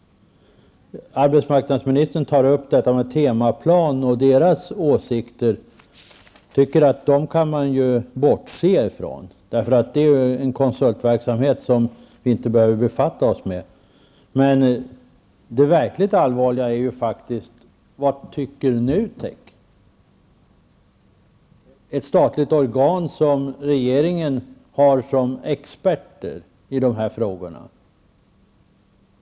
Arbetsmarknadesministern talade om Temaplan och de åsikter man ger uttryck för i den här underutredningen. Jag anser att man kan bortse från dessa åsikter, eftersom Temaplan bedriver en konsultverksamhet som vi inte behöver befatta oss med. Det verkligt allvarliga är vad man anser inom NUTEK -- ett statlig organ som regeringen anlitar som expert i dessa frågor.